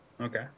Okay